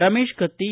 Ramesh Katti